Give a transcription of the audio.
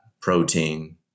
protein